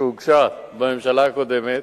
שהוגשה בממשלה הקודמת.